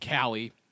Callie